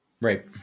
Right